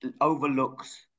overlooks